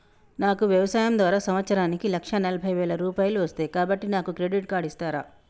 నాకు వ్యవసాయం ద్వారా సంవత్సరానికి లక్ష నలభై వేల రూపాయలు వస్తయ్, కాబట్టి నాకు క్రెడిట్ కార్డ్ ఇస్తరా?